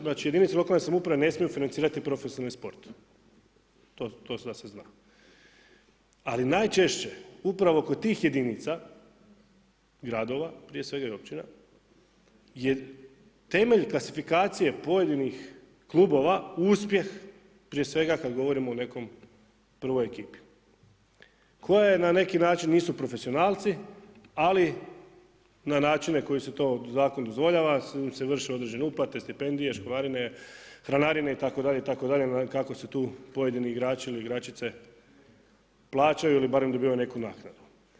Znači jedinice lokalne samouprave ne smiju financirati profesionalni sport, to se zna, ali najčešće upravo kod tih jedinica, gradova prije svega i općina je temelj klasifikacije pojedinih klubova uspjeh prije svega kada govorimo o nekoj prvoj ekipi koja je naki način nisu profesionalci, ali na načine koji to zakon dozvoljava vrše im se određene uplate, stipendije, školarine, hranarine itd., itd. kako se tu pojedini igrači ili igračice plaćaju ili barem dobivaju neku naknadu.